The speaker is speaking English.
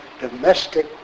domestic